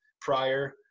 prior